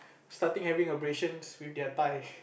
starting having abrasion with their thigh